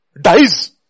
dies